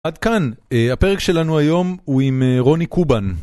עד כאן, הפרק שלנו היום הוא עם רוני קובן.